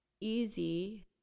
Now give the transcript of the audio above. easy